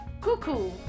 cuckoo